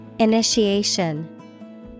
Initiation